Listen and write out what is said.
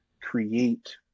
create